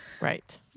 Right